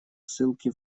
ссылки